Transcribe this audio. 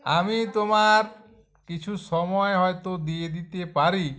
আমি তোমার কিছু সময় হয়তো দিয়ে দিতে পারি